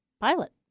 pilot